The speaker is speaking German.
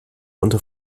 unter